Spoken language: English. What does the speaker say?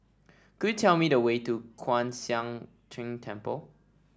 could you tell me the way to Kwan Siang Tng Temple